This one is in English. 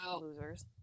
losers